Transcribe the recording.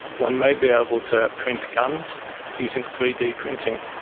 one may be able to print guns using three d printing,